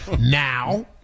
now